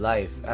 Life